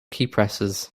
keypresses